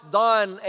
done